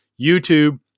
YouTube